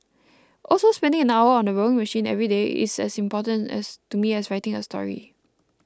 also spending an hour on the rowing machine every day is as important as to me as writing a story